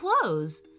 clothes